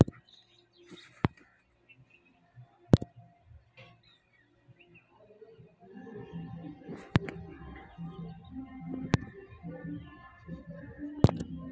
Bank में रुपये जमा करने पर कितना ब्याज मिलता है?